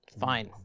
Fine